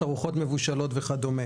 ארוחות מבושלות וכו'.